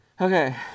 okay